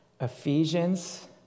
Ephesians